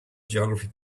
geography